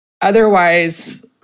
otherwise